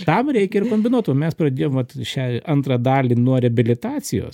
tam reikia ir kombinuotų mes pradėjom vat šią antrą dalį nuo reabilitacijos